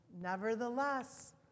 nevertheless